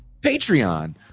Patreon